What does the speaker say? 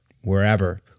wherever